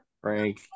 Frank